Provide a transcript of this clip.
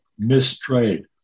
mistrade